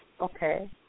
okay